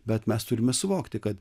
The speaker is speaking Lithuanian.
bet mes turime suvokti kad